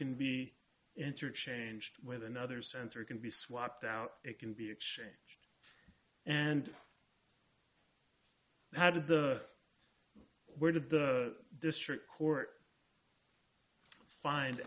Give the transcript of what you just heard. can be interchange with another sensor can be swapped out it can be exchanged and how did the where did the district court find